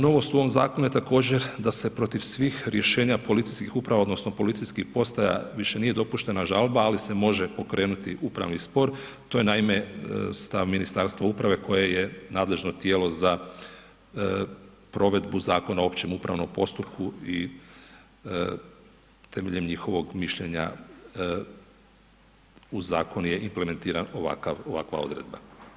Novost u ovom zakonu je također da se protiv svih rješenja policijskih uprava odnosno policijskih postaja više nije dopuštena žalba, ali se može pokrenuti upravni spor, to je naime stav Ministarstva uprave koje je nadležno tijelo za provedbu Zakona o općem upravnom postupku i temeljem njihovog mišljenja u zakon je implementiran ovakav, ovakva odredba.